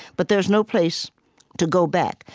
but there's no place to go back.